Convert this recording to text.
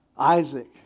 Isaac